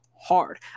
hard